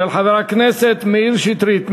של חבר הכנסת מאיר שטרית.